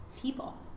people